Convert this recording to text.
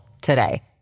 today